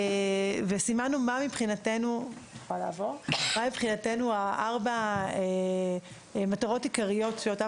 סימנו מה מבחינתנו הן 4 המטרות העיקריות אותן